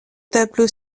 tableau